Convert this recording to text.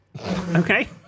Okay